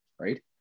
right